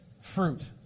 Fruit